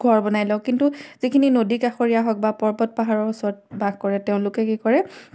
ঘৰ বনাই লওঁ কিন্তু যিখিনি নদী কাষৰীয়া হওক বা পৰ্বত পাহাৰৰ ওচৰত বাস কৰে তেওঁলোকে কি কৰে